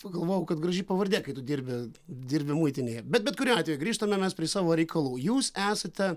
pagalvojau kad graži pavardė kai tu dirbi dirbi muitinėje bet bet kuriuo atveju grįžtame mes prie savo reikalų jūs esate